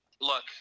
look